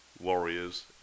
warriors